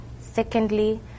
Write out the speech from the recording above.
Secondly